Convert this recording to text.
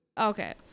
Okay